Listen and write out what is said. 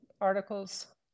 articles